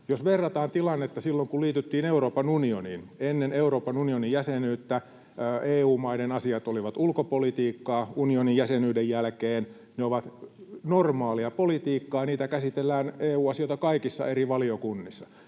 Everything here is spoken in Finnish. Jos verrataan tilannetta silloin, kun liityttiin Euroopan unioniin, niin ennen Euroopan unionin jäsenyyttä EU-maiden asiat olivat ulkopolitiikkaa, unionin jäsenyyden jälkeen ne ovat normaalia politiikkaa. EU-asioita käsitellään kaikissa eri valiokunnissa.